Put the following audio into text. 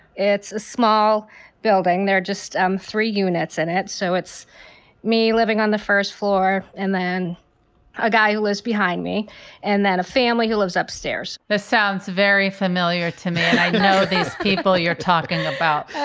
it's a small building there, just um three units in it. so it's me living on the first floor and then a guy who lives behind me and then a family who lives upstairs it sounds very familiar to me. and i know these people you're talking about,